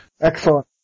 Excellent